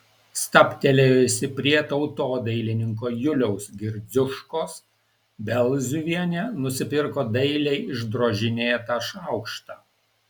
stabtelėjusi prie tautodailininko juliaus gridziuškos belzuvienė nusipirko dailiai išdrožinėtą šaukštą